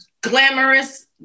glamorous